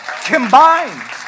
combined